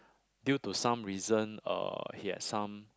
due to some reason uh he had some